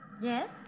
Yes